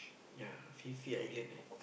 ya Phi-Phi-Island eh